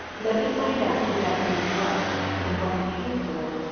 let me find out who that man was, and what he came for,